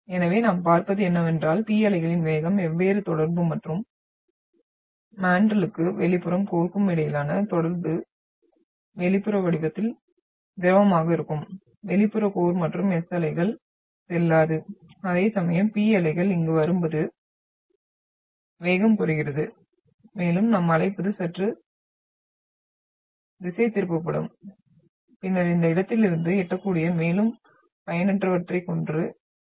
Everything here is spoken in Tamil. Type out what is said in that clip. எனவே நாம் பார்ப்பது என்னவென்றால் P அலைகளின் வேகம் வெவ்வேறு தொடர்பு மற்றும் மேன்டலுக்கும் வெளிப்புற கோர்க்கும் இடையிலான தொடர்பு வெளிப்புற வடிவத்தில் திரவமாக இருக்கும் வெளிப்புற கோர் மற்றும் S அலைகள் செல்லாது அதேசமயம் P அலைகள் இங்கு வருவது வேகம் குறைகிறது மேலும் நாம் அழைப்பது சற்று திசைதிருப்பப்படும் பின்னர் இந்த இடத்திலிருந்தும் எட்டக்கூடிய மேலும் பயனற்றவற்றைக் கொண்டிருக்கிறோம்